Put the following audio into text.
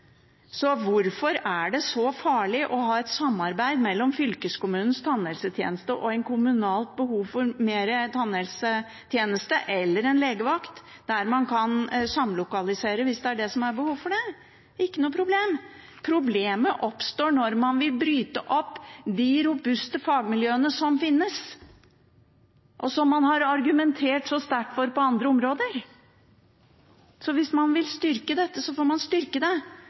så farlig å ha et samarbeid mellom fylkeskommunens tannhelsetjeneste og kommunal tannhelsetjeneste eller en legevakt der man kan samlokalisere hvis det er behov for det? Det er ikke noe problem. Problemet oppstår når man vil bryte opp de robuste fagmiljøene som finnes, og som man har argumentert så sterkt for på andre områder. Hvis man vil styrke dette, får man styrke det